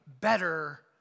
better